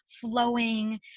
flowing